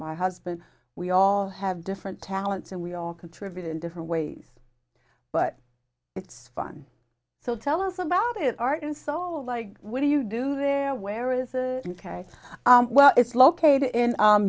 my husband we all have different talents and we all contribute in different ways but it's fun so tell us about it arkansas like what do you do there where is it ok well it's located in